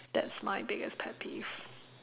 that's my biggest pet peeve